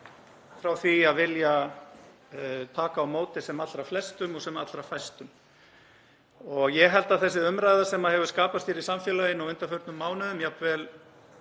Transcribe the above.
frá því að vilja taka á móti sem allra flestum og sem allra fæstum. Ég held að þessi umræða sem hefur skapast hér í samfélaginu á undanförnum mánuðum, jafnvel